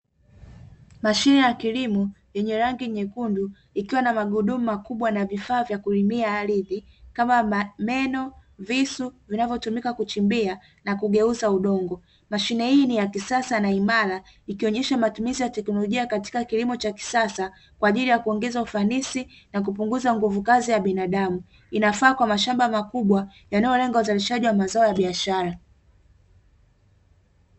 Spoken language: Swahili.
Mashine ya kilimo, yenye rangi nyekundu, ikiwa na magudumu makubwa na vifaa vya kuimia ardhi kama meno, visu vinavyotumika kuchimbia na kugeuza udongo. Mashine hii ni ya kisasa na imara, ikionyesha matumizi ya teknolojia katika kilimo cha kisasa kwa ajili ya kuongeza ufanisi na kupunguza nguvukazi ya binadamu. Inafaa kwa mashamba makubwa yanayolenga uzalishaji wa mazao ya biashara.